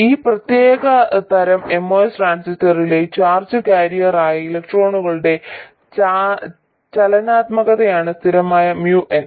ഈ പ്രത്യേക തരം MOS ട്രാൻസിസ്റ്ററിലെ ചാർജ് കാരിയറായ ഇലക്ട്രോണുകളുടെ ചലനാത്മകതയാണ് സ്ഥിരമായ mu n